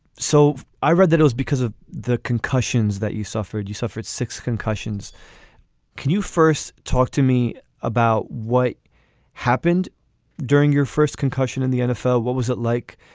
so i read that was because of the concussions that you suffered you suffered six concussions can you first talk to me about what happened during your first concussion in the nfl. what was it like.